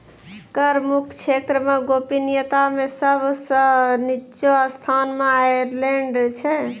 कर मुक्त क्षेत्र मे गोपनीयता मे सब सं निच्चो स्थान मे आयरलैंड छै